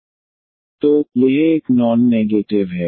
तो यह एक नॉन नेगेटिव है